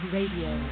Radio